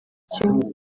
kimwe